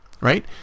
right